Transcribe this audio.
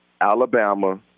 Alabama